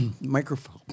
microphone